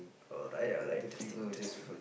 alright alright interesting interesting